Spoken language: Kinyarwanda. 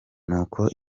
nuko